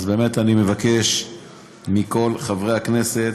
אז באמת אני מבקש מכל חברי הכנסת